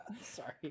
Sorry